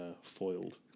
foiled